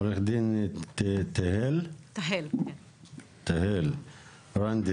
עורכת הדין תהל ברנדס,